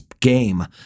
game